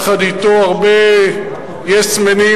ויחד אתו הרבה "יס-מנים",